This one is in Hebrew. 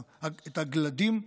את הגלדים.